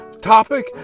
topic